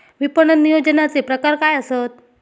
विपणन नियोजनाचे प्रकार काय आसत?